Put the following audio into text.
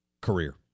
career